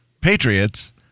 Patriots